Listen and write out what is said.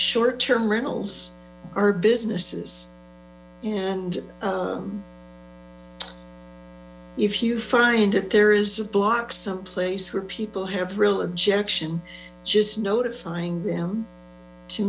short term rentals are businesses and if you find that there is a block someplace or people have real objection just notifying them to